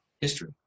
history